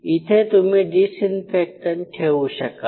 इथे तुम्ही डिसइन्फेक्टन्ट ठेवू शकाल